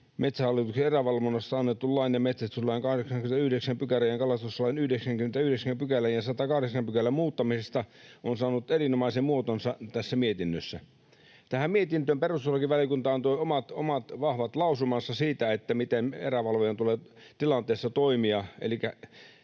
Metsähallituksen erävalvonnasta annetun lain ja metsästyslain 89 §:n ja kalastuslain 99 §:n ja 108 §:n muuttamisesta on saanut erinomaisen muotonsa tässä mietinnössä. Tähän mietintöön perustuslakivaliokunta antoi omat vahvat lausumansa siitä, miten erävalvojan tulee tilanteessa toimia,